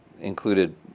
included